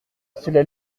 cela